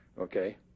Okay